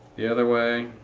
the other way